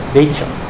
nature